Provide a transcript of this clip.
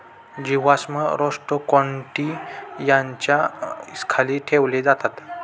जीवाश्म रोस्ट्रोकोन्टि याच्या खाली ठेवले जातात